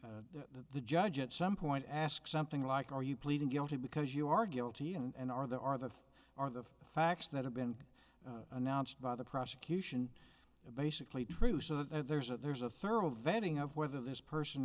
the the judge at some point ask something like are you pleading guilty because you are guilty and or there are that are the facts that have been announced by the prosecution basically true so there's that there's a thorough vetting of whether this person